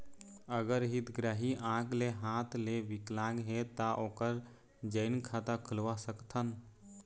अगर हितग्राही आंख ले हाथ ले विकलांग हे ता ओकर जॉइंट खाता खुलवा सकथन?